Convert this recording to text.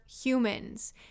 humans